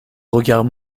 regards